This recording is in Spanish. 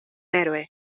héroe